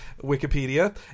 Wikipedia